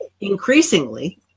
increasingly